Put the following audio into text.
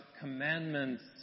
commandments